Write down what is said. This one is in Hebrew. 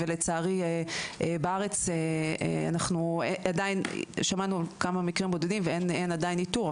ולצערי בארץ אנחנו עדיין שמענו על כמה מקרים בודדים ואין עדיין ניטור,